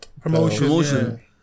promotion